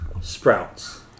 sprouts